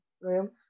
room